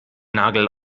nagel